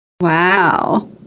Wow